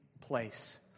place